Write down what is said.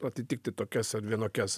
atitikti tokias ar vienokias